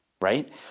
right